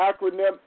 acronym